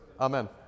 Amen